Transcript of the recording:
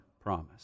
promise